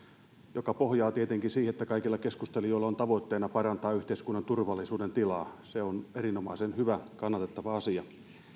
joka pohjaa tietenkin siihen että kaikilla keskustelijoilla on tavoitteena parantaa yhteiskunnan turvallisuuden tilaa se on erinomaisen hyvä kannatettava asia